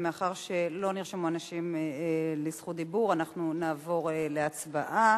ומאחר שלא נרשמו אנשים לרשות דיבור אנחנו נעבור להצבעה.